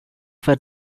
for